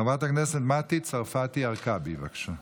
חברת הכנסת מטי צרפתי הרכבי, בבקשה.